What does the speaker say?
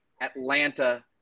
Atlanta